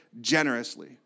generously